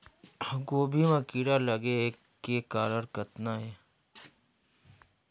गोभी म कीड़ा लगे के कारण कतना हे?